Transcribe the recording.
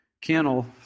kennel